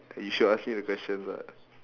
you should ask me the questions what